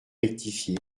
rectifié